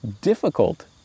difficult